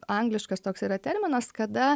angliškas toks yra terminas kada